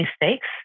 mistakes